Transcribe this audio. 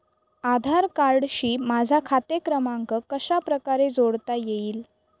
आधार कार्डशी माझा खाते क्रमांक कशाप्रकारे जोडता येईल?